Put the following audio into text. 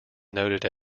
noted